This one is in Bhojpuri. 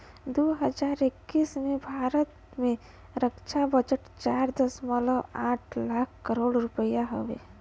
दू हज़ार इक्कीस में भारत के रक्छा बजट चार दशमलव आठ लाख करोड़ रुपिया हउवे